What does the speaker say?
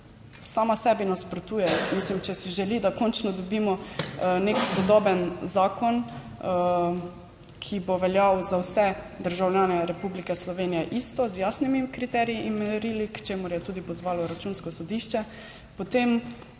sama sebi nasprotuje. Mislim, če si želi, da končno dobimo nek sodoben zakon, ki bo veljal za vse državljane Republike Slovenije, z jasnimi kriteriji in merili, k čemur je tudi pozvalo Računsko sodišče,